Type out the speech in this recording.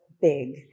big